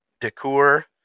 decor